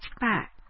back